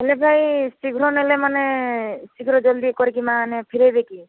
ହେଲେ ଭାଇ ଶୀଘ୍ର ନେଲେ ମାନେ ଶୀଘ୍ର ଜଲ୍ଦି କରିକି ମାନେ ଫେରାଇବେ କି